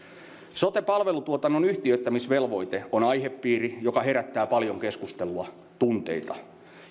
sote palvelutuotannon yhtiöittämisvelvoite on aihepiiri joka herättää paljon keskustelua tunteita